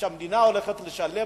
שהמדינה הולכת לשלם